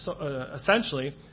essentially